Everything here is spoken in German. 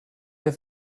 wer